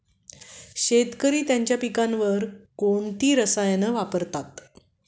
शेतकरी त्यांच्या पिकांवर कोणती रसायने वापरतात?